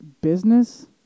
business